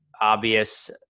obvious